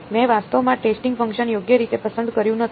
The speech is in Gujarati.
મેં વાસ્તવમાં ટેસ્ટિંગ ફંકશન યોગ્ય રીતે પસંદ કર્યું નથી